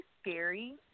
scary